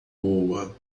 boa